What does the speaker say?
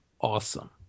awesome